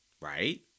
right